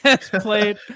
played